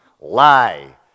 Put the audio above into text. Lie